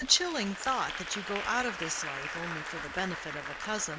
and it's a chilling thought that you go out of this life only for the benefit of a cousin.